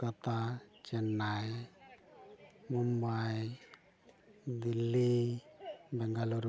Kolkata Chennai Mumbai Delhi Bengaluru